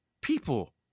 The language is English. people